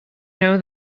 know